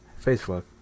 Facebook